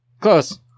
Close